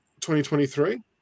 2023